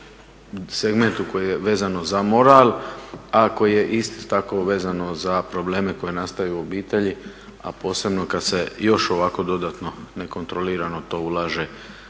segmentu koji je vezan za moral, a koji je isto tako vezan za probleme koji nastaju u obitelji a posebno kad se još ovako dodatno nekontrolirano to ulaže